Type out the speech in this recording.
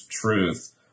truth